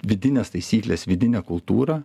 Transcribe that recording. vidines taisykles vidinę kultūrą